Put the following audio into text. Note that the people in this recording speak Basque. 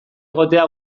egotea